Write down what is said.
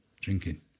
drinking